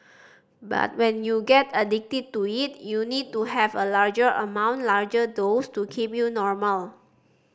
but when you get addicted to it you need to have a larger amount larger dose to keep you normal